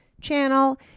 channel